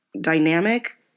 dynamic